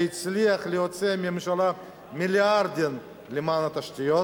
שהצליח להוציא מהממשלה מיליארדים למען התשתיות.